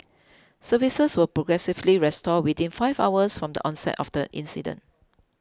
services were progressively restored within five hours from the onset of the incident